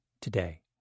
today